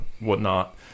whatnot